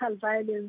violence